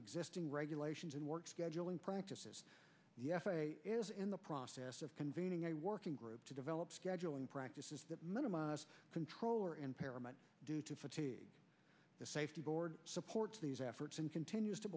existing regulations and work scheduling practices yet is in the process of convening a working group to develop scheduling practices that minimize controller impairment due to fatigue the safety board supports these efforts and continues to